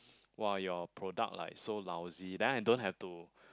!wah! your product like so lousy then I don't have to